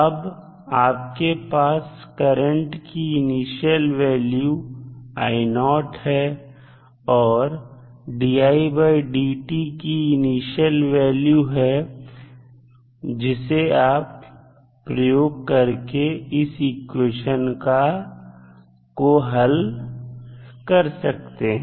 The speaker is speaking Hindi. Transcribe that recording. अब आपके पास करंट की इनिशियल वैल्यू है और didt की इनिशियल वैल्यू है जिसे आप प्रयोग करके इस इक्वेशन को हल कर सकते हैं